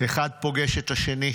אחד פוגש את השני,